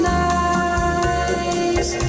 nice